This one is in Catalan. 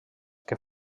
que